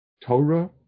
Torah